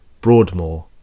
Broadmoor